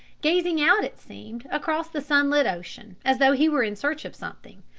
gazing out it seemed across the sunlit ocean as though he were in search of something.